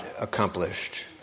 accomplished